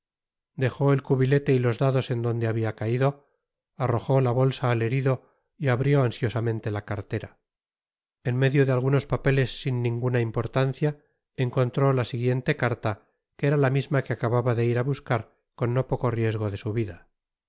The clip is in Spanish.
dejó el cubilete y los dados en donde habia caido arrojó la bolsa al herido y abrió ansiosamente la cartera en medio de algunos papeles sin ninguna importancia encontró la siguiente carta que era la misma que acababa de ir á buscar con no poco riesgo de su vida